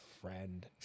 friend